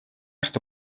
что